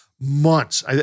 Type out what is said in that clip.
months